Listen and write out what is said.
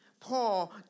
Paul